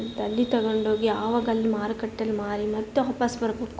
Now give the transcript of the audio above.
ಅಲ್ಲಿ ತಗೊಂಡೋಗಿ ಆವಾಗ ಅಲ್ಲಿ ಮಾರುಕಟ್ಟೆಯಲ್ಲಿ ಮಾರಿ ಮತ್ತೆ ವಾಪಸ್ ಬರಬೇಕು